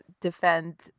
defend